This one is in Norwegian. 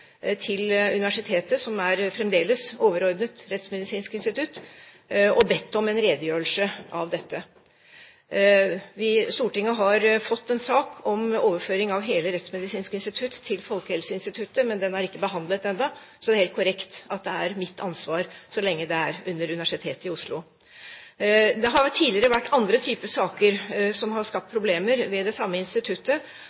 til universitetet, som fremdeles er overordnet Rettsmedisinsk institutt, og bedt om en redegjørelse av dette. Stortinget har fått en sak om overføring av hele Rettsmedisinsk institutt til Folkehelseinstituttet, men den er ikke behandlet ennå, så det er helt korrekt at det er mitt ansvar så lenge det er under Universitetet i Oslo. Det har tidligere vært andre typer saker som har skapt